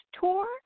Tour